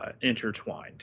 intertwined